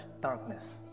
darkness